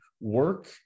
work